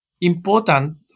important